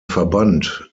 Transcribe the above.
verband